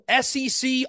SEC